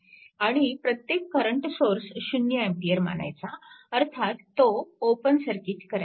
आणि प्रत्येक current source 0A मानायचा अर्थात तो ओपन सर्किट करायचा